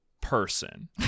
person